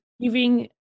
giving